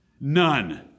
None